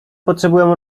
potrzebują